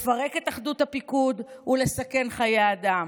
לפרק את אחדות הפיקוד ולסכן חיי אדם,